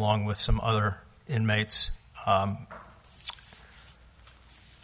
along with some other inmates